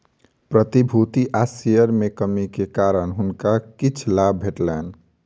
प्रतिभूति आ शेयर में कमी के कारण हुनका किछ लाभ भेटलैन